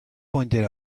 pointed